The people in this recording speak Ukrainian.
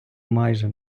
майже